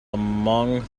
among